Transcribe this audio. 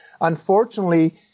unfortunately